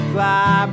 Fly